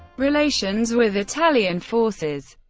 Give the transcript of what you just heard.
relations with italian forces